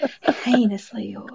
Heinously